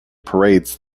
parades